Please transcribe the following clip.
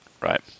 Right